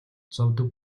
зовдог